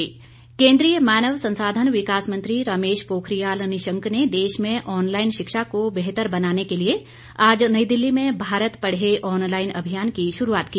online शिक्षा केंद्रीय मानव संसाधन विकास मंत्री रमेश पोखरियाल निशंक ने देश में ऑनलाइन शिक्षा को बेहतर बनाने के लिए आज नई दिल्ली में भारत पढ़े ऑनलाइन अभियान की शुरूआत की